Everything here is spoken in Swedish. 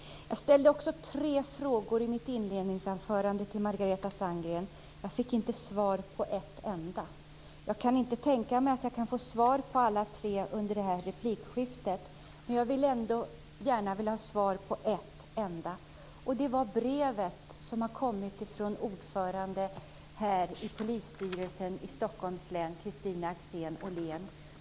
Jag ställde också tre frågor i mitt inledningsanförande till Margareta Sandgren. Jag fick inte svar på en enda. Jag kan inte tänka mig att jag kan få svar på alla tre under det här replikskiftet. Men jag skulle gärna vilja ha svar på en enda. Den gäller det brev som har kommit från ordföranden i polisstyrelsen i Stockholms län, Kristina Axén Olin.